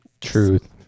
Truth